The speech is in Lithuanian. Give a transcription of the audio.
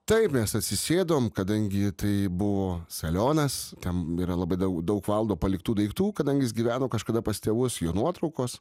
taip mes atsisėdom kadangi tai buvo salionas ten yra labai daug daug valdo paliktų daiktų kadangi jis gyveno kažkada pas tėvus jo nuotraukos